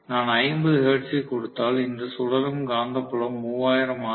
நான் 50 ஹெர்ட்ஸைக் கொடுத்தால் இந்த சுழலும் காந்தப்புலம் 3000 ஆர்